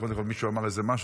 קודם מישהו אמר משהו,